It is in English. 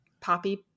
poppy